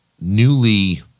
newly